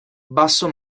basso